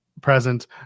present